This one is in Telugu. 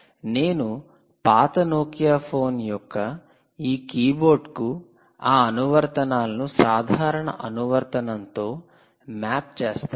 నేను పాత నోకియా ఫోన్ యొక్క ఈ కీబోర్డ్ కు ఆ అనువర్తనాలను సాధారణ అనువర్తనం తో మ్యాప్ చేస్తాను